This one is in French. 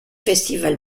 festival